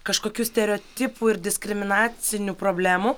kažkokių stereotipų ir diskriminacinių problemų